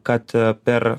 kad per